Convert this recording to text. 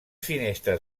finestres